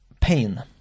pain